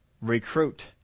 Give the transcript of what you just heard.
Recruit